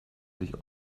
sich